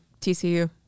TCU